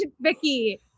Vicky